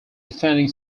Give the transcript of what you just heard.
defending